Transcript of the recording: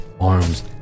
arms